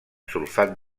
sulfat